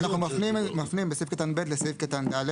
אנחנו מפנים בסעיף קטן (ב) לסעיף קטן (ד),